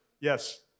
Yes